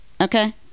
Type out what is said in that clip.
Okay